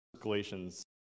Galatians